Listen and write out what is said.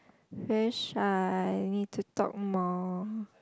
very shy need to talk more